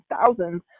thousands